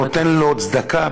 כי כל פעם שאתה נותן לו צדקה,